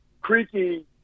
Creaky